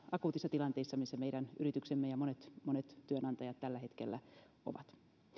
akuutissa tilanteessa missä meidän yrityksemme ja monet monet työnantajat tällä hetkellä ovat